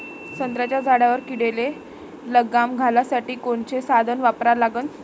संत्र्याच्या झाडावर किडीले लगाम घालासाठी कोनचे साधनं वापरा लागन?